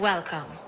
Welcome